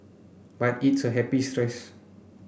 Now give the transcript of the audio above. but it's a happy stress